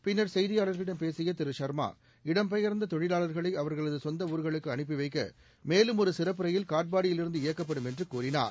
பின்னர் செய்தியாளர்களிடம் பேசிய ஷர்மா இடம்பெயர்ந்த தொழிலாளர்களை அவர்களது சொந்த ஊர்களுக்கு அனுப்பிவைக்க மேலும் ஒரு சிறப்பு ரயில் காட்பாடியில் இருந்து இயக்கப்படும் என்று கூறினார்